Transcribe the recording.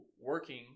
working